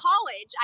college